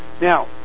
Now